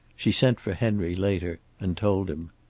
she sent for henry later and told him.